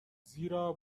زیرا